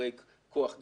כורי כוח גרעיניים,